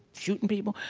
shooting people.